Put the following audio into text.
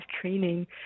training